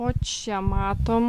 o čia matom